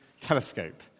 telescope